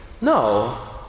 No